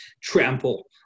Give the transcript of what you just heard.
trample